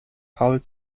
paul